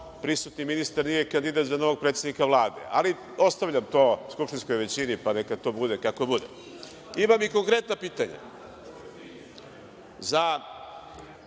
prisutni ministar nije kandidat za novog predsednika Vlade. Ali, ostavljam to skupštinskoj većini, pa neka bude kako bude. Imam i konkretna pitanja